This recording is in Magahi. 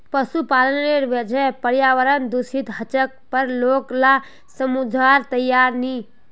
पशुपालनेर वजह पर्यावरण दूषित ह छेक पर लोग ला समझवार तैयार नी